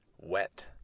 Wet